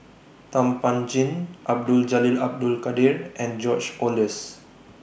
Thum Ping Tjin Abdul Jalil Abdul Kadir and George Oehlers